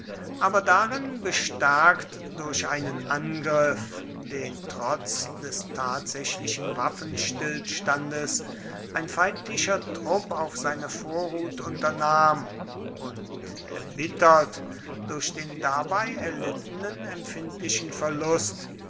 aber darin bestärkt durch einen angriff den trotz des tatsächlichen waffenstillstandes ein feindlicher trupp auf seine vorhut unternahm und erbittert durch den dabei erlittenen empfindlichen verlust